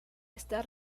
está